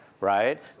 right